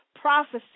prophecy